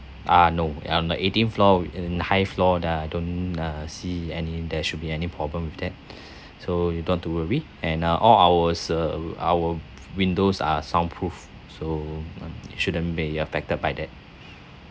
ah no on the eighteen floor in high floor uh don't uh see any there should be any problem with that so you don't to worry and uh all ours uh our windows are soundproof so shouldn't be affected by that